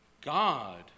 God